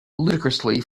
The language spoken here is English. ludicrously